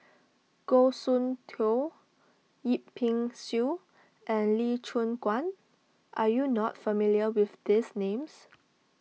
Goh Soon Tioe Yip Pin Xiu and Lee Choon Guan are you not familiar with these names